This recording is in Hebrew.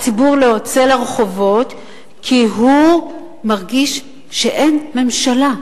הציבור לא יוצא לרחובות כי הוא מרגיש שאין ממשלה.